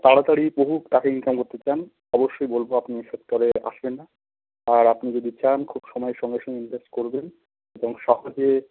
তাড়াতাড়ি বহু টাকা ইনকাম করতে চান অবশ্যই বলব আপনি এ আসবেন না আর আপনি যদি চান খুব সময়ের সঙ্গে সঙ্গে ইনভেস্ট করবেন এবং সহজে